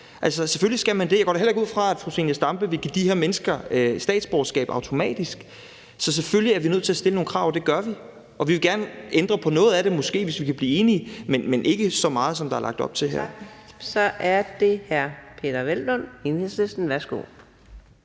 vil give de her mennesker statsborgerskab automatisk. Så selvfølgelig er vi nødt til at stille nogle krav, og det gør vi. Vi vil måske gerne ændre på noget af det, hvis vi kan blive enige, men ikke så meget, som der er lagt op til her. Kl. 15:50 Anden næstformand